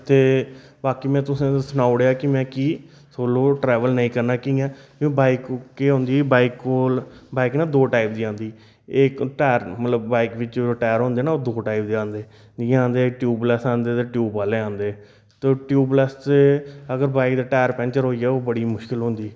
ते बाकी में तुसें गी सनाई ओड़ेआ कि में कि सोलो ट्रैवल नेईं करना कियां क्योंकि बाइक केह् होंदी बाइक ना दो टाइप दी औंदी इक टायर मतलब बाइक बिच टायर होंदे ना ओह् दो टाइप दे औंदे जि'यां औंदे ट्यूबलैस्स औंदे ते ट्यूब आह्ले औंदे ते ट्यूबलैस्स च अगर बाइक दा टायर पंक्चर होई जा ओह् बड़ी मुश्कल होंदी